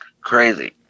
Crazy